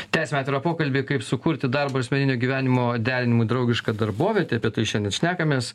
tęsiam atvirą pokalbį kaip sukurti darbo ir asmeninio gyvenimo derinimui draugišką darbovietę apie tai šiandien šnekamės